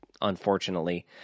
unfortunately